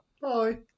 Bye